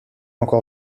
encore